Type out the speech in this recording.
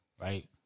right